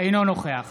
אינו נוכח